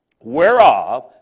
whereof